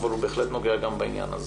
אבל הוא בהחלט נוגע גם בעניין הזה.